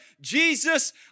Jesus